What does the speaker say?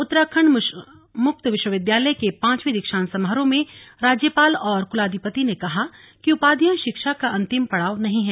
उत्तराखण्ड मुक्त विश्वविद्यालय के पांचवें दीक्षान्त समारोह में राज्यपाल और कुलाधिपति ने कहा कि उपाधियां शिक्षा का अंतिम पड़ाव नहीं है